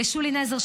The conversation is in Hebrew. לשולי נזר,